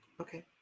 okay